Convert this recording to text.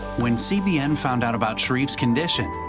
when cbn found out about sharif's condition,